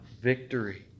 victory